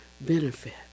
benefit